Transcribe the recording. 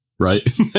Right